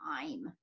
time